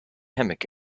hammock